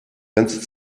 ganze